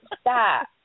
Stop